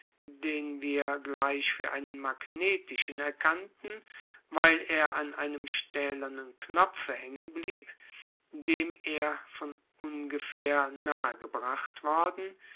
den wir gleich für einen magnetischen erkannten weil er an einem stählernen knopfe hängen blieb dem er von ungefähr nahegebracht worden